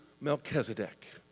Melchizedek